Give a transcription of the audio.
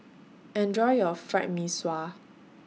Enjoy your Fried Mee Sua